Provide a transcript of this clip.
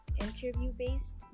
interview-based